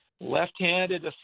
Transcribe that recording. left-handed